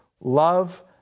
love